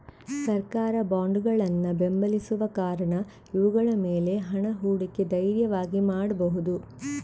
ಸರ್ಕಾರ ಬಾಂಡುಗಳನ್ನ ಬೆಂಬಲಿಸುವ ಕಾರಣ ಇವುಗಳ ಮೇಲೆ ಹಣ ಹೂಡಿಕೆ ಧೈರ್ಯವಾಗಿ ಮಾಡ್ಬಹುದು